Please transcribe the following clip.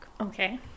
Okay